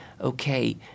okay